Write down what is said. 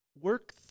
work